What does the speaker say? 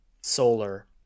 Solar